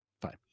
Fine